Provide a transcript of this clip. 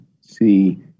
see